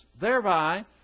thereby